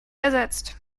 ersetzt